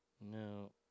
No